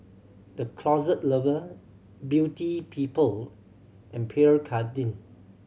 The Closet Lover Beauty People and Pierre Cardin